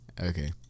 Okay